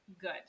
good